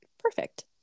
perfect